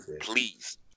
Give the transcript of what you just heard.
please